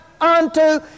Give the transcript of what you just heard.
unto